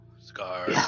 Scar